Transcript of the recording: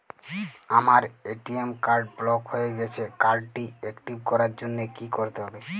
আমার ATM card block হয়ে গেছে কার্ড টি একটিভ করার জন্যে কি করতে হবে?